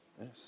Yes